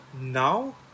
Now